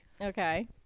okay